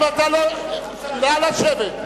נא לשבת.